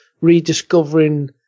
rediscovering